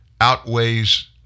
outweighs